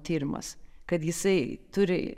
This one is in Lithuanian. tyrimas kad jisai turi